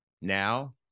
Now